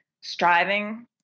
striving